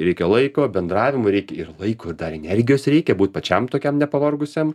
reikia laiko bendravimui reikia ir laiko ir dar energijos reikia būt pačiam tokiam nepavargusiam